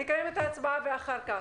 נקיים את ההצבעה, ואחר כך.